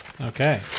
Okay